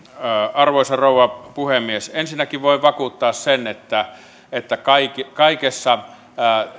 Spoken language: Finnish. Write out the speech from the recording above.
arvoisa rouva puhemies ensinnäkin voin vakuuttaa sen että että kaikessa